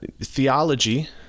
theology